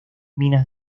minas